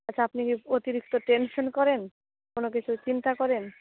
আচ্ছা আপনি কি অতিরিক্ত টেনশন করেন কোনো কিছু চিন্তা করেন